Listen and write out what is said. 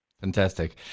fantastic